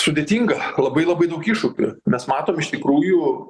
sudėtinga labai labai daug iššūkių mes matom iš tikrųjų